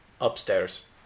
upstairs